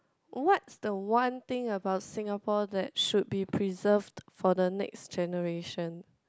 what's the one thing about Singapore that should be preserved for the next generation